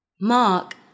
Mark